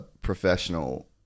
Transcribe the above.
professional